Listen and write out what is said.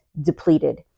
depleted